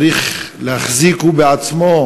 הוא צריך להחזיק, הוא בעצמו,